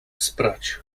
sprać